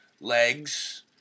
legs